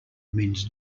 means